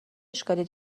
اشکالی